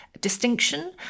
distinction